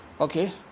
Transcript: okay